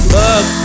love